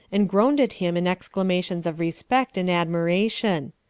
and groaned at him in exclama tions of respect and admiration.